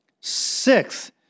Sixth